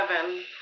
seven